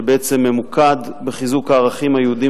שבעצם ממוקד בחיזוק הערכים היהודיים